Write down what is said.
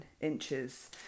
inches